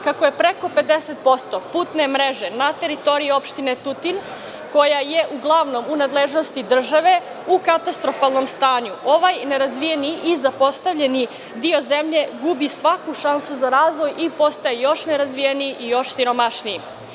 Kako je preko 50% putne mreže na teritoriji opštine Tutin, koja je uglavnom u nadležnosti države, u katastrofalnom stanju, ovaj nerazvijeni i zapostavljeni deo zemlje gubi svaku šansu za razvoj i postaje još nerazvijeniji i još siromašniji.